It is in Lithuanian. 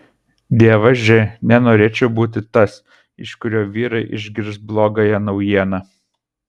dievaži nenorėčiau būti tas iš kurio vyrai išgirs blogąją naujieną